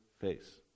face